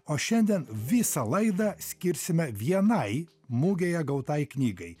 o šiandien visą laidą skirsime vienai mugėje gautai knygai